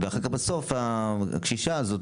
ואחר כך בסוף הקשישה הזאת,